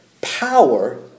power